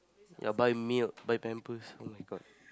yeah buy milk buy pampers oh-my-God